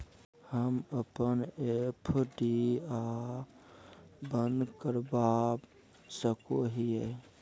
हम अप्पन एफ.डी आ बंद करवा सको हियै